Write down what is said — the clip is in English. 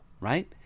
right